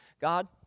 God